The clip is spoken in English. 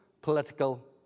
political